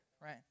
right